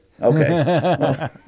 Okay